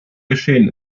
geschehen